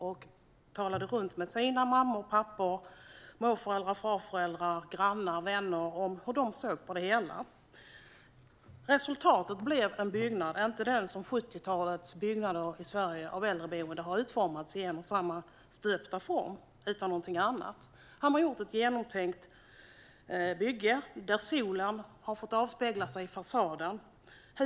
De frågade runt bland sina mammor och pappor, morföräldrar, farföräldrar, grannar och vänner om hur de såg på det hela. Resultatet blev en byggnad som inte såg ut som de byggnader för äldreboenden som utformades i Sverige på 70-talet och som stöptes i en och samma form. Det här blev något annat. Det har blivit ett genomtänkt bygge, där solen får avspegla sig i husfasaden.